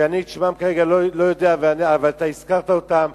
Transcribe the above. שאני לא יודע כרגע את שמן ואתה הזכרת אותן,